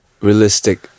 Realistic